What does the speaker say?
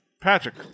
patrick